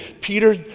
Peter